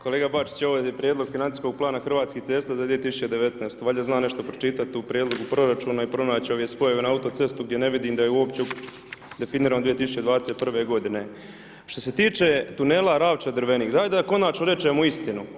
Kolega Bačić, evo ovdje vam je prijedlog financijskog plana Hrvatskih cesta za 2019. valjda znam nešto pročitati u prijedlogu proračuna i pronaći ove spojeve na autocesti, gdje ne vidim, da je uopće definirano 2021. g. Što se tiče tunela Ravča Drvenik, daj da konačno rečemo istinu.